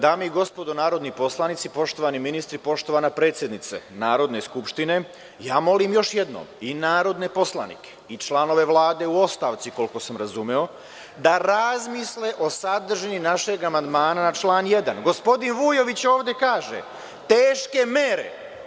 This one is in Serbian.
Dame i gospodo narodni poslanici, poštovani ministri, poštovana predsednice Narodne skupštine, molim još jednom i narodne poslanike i članove Vlade u ostavci, koliko sam razumeo, da razmisle o sadržini našeg amandmana na član 1. Gospodin Vujović ovde kaže – teške mere.